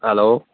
hello